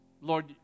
Lord